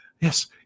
yes